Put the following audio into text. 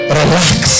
relax